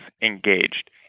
engaged